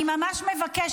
אני ממש מבקשת.